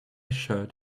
shirt